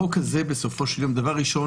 דבר ראשון,